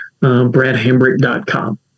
bradhambrick.com